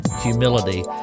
humility